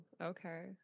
okay